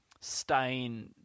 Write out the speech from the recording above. stain